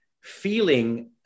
feeling